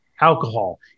alcohol